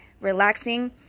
relaxing